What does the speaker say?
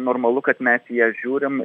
normalu kad mes į ją žiūrim